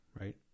right